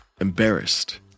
embarrassed